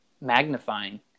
magnifying